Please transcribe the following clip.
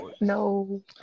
No